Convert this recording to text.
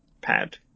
pad